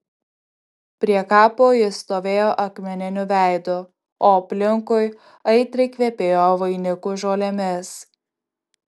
prie kapo jis stovėjo akmeniniu veidu o aplinkui aitriai kvepėjo vainikų žolėmis